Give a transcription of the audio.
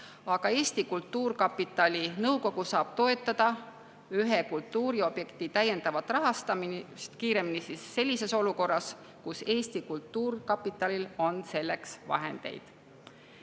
aga Eesti Kultuurkapitali nõukogu saab toetada ühe kultuuriobjekti täiendavat rahastamist kiiremini olukorras, kus Eesti Kultuurkapitalil on selleks vahendeid. Eelnõuga